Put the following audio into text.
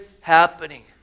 happening